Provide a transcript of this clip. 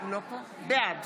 בעד